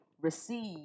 receive